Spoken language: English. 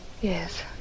Yes